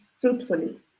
fruitfully